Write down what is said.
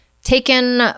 Taken